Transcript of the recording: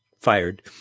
fired